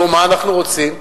נו, מה אנחנו רוצים,